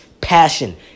passion